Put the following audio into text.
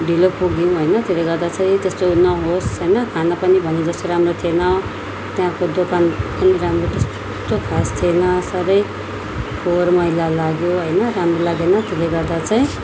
ढिलो पुग्यौँ होइन त्यसले गर्दा चाहिँ त्यस्तो नहोस् होइन खाना पनि भने जस्तो राम्रो थिएन त्यहाँको दोकान पनि राम्रो त्यस्तो खास थिएन सबै फोहोर मैला लाग्यो होइन राम्रो लागेन त्यसले गर्दा चाहिँ